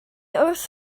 wrth